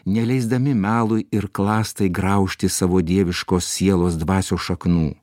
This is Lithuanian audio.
neleisdami melui ir klastai graužti savo dieviškos sielos dvasios šaknų